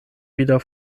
wieder